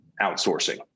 outsourcing